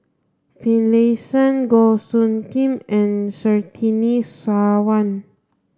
Finlayson Goh Soo Khim and Surtini Sarwan